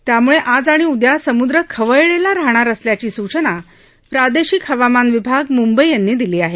यामुळे आज आणि उदया समुद्र खवळलेला राहणार असल्याची सूचना प्रादेशिक हवामान विभाग मूंबई यांनी दिली आहे